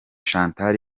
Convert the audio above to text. chantal